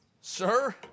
Sir